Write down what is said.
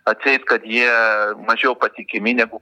atseit kad jie mažiau patikimi negu